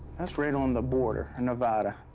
that's right on the border in nevada.